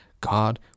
God